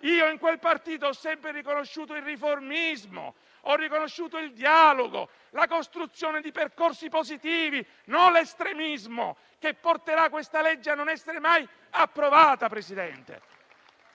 Io in quel partito ho sempre riconosciuto il riformismo; ho riconosciuto il dialogo, la costruzione di percorsi positivi e non l'estremismo, che porterà questo disegno di legge a non essere mai approvato.